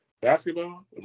basketball